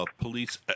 Police